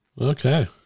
Okay